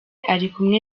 arikumwe